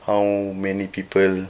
how many people